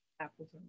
Apples